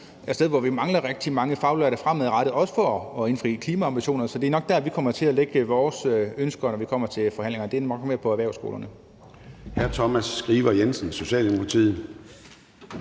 et sted, hvor vi mangler rigtig mange faglærte fremadrettet – også for at indfri klimaambitionerne. Så det er nok der, vi kommer til at lægge vores ønsker, når vi kommer til forhandlingerne; det er nok mere på erhvervsskolerne.